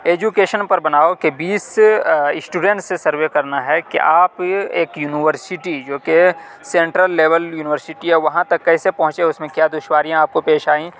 education پر بناؤ كہ بیس اسٹوڈینٹس سے سروے کرنا ہے کہ آپ ایک یونیورسٹی جو کہ سینٹرل لیول یونیورسٹی ہے وہاں تک کیسے پہنچے اس میں کیا دشواریاں آپ کو پیش آئیں